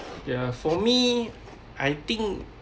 ya for me I think